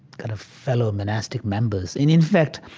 kind of fellow monastic members. in in fact,